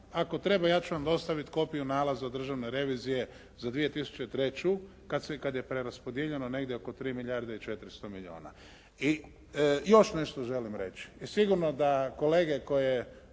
ako treba ja ću vam dostaviti nalaza od Držane revizije za 2003. kada je preraspodijeljeno negdje oko 3 milijarde i 400 milijuna. I još nešto želim reći. I sigurno da kolege koje